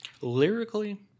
Lyrically